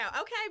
Okay